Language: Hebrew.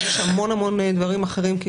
כי יש המון המון דברים אחרים.